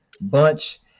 Bunch